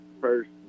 first